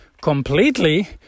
completely